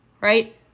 right